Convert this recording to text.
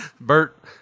Bert